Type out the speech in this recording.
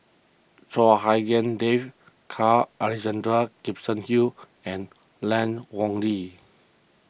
Chua Hak Lien Dave Carl Alexander Gibson Hill and Lan Ong Li